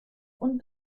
und